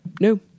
no